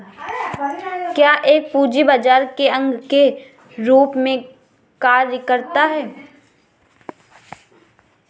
क्या यह पूंजी बाजार के अंग के रूप में कार्य करता है?